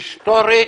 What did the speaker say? היסטורית,